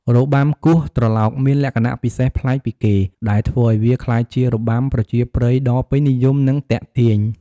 របាំគោះត្រឡោក មានលក្ខណៈពិសេសប្លែកពីគេ ដែលធ្វើឱ្យវាក្លាយជារបាំប្រជាប្រិយដ៏ពេញនិយម និងទាក់ទាញ។